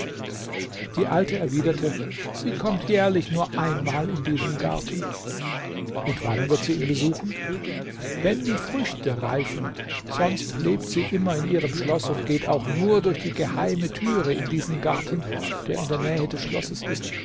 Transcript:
die alte erwiderte sie kommt jährlich nur einmal in diesen garten und wann wird sie ihn besuchen wenn die früchte reifen sonst lebt sie immer in ihrem schloß und geht auch nur durch die geheime türe in diesen garten der in der nähe des schlosses ist